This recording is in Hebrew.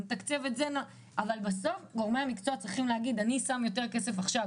אבל בסוף גורמי המקצוע צריכים להגיד: אני שם יותר כסף עכשיו